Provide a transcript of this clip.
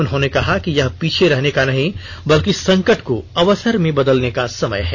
उन्होंने कहा कि यह पीछे रहने का नहीं बल्कि संकट को अवसर में बदलने का समय है